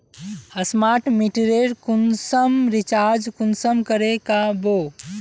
Smart मीटरेर कुंसम recharge कुंसम करे का बो?